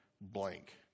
blank